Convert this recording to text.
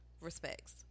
respects